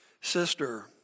sister